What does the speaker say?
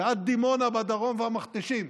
ועד דימונה בדרום והמכתשים,